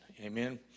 Amen